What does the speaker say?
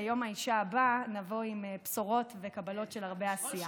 ביום האישה הבא נבוא עם בשורות וקבלות של הרבה עשייה.